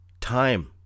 time